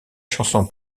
chanson